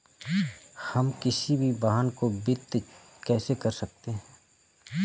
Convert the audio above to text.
हम किसी भी वाहन को वित्त कैसे कर सकते हैं?